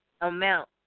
amount